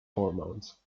hormones